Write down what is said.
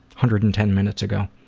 hundred and ten minutes ago.